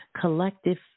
collective